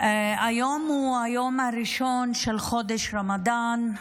היום הוא היום הראשון של חודש רמדאן.